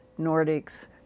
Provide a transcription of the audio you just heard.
Nordics